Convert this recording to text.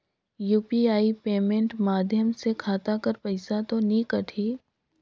UPI payment माध्यम से खाता कर पइसा तो नी कटही?